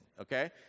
Okay